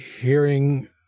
hearing